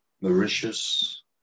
Mauritius